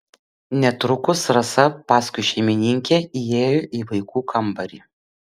netrukus rasa paskui šeimininkę įėjo į vaikų kambarį